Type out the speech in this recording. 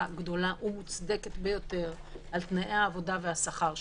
גדולה ומוצדקת ביותר על תנאי העבודה והשכר שלהן.